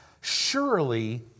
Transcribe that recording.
Surely